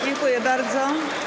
Dziękuję bardzo.